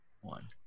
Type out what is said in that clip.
one